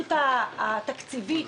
הרגישות התקציבית,